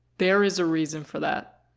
there is a reason for that.